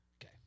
Okay